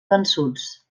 vençuts